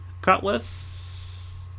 Cutlass